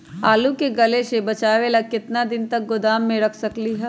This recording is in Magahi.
आलू के गले से बचाबे ला कितना दिन तक गोदाम में रख सकली ह?